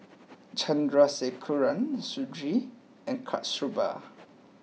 Chandrasekaran Sudhir and Kasturba